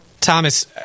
Thomas